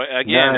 again